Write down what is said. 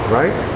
right